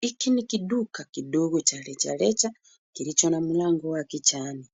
Hiki ni kiduka kidogo cha rejareja kilicho na mlango wa kijani,